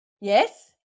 Yes